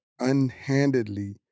unhandedly